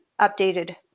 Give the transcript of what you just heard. updated